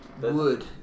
wood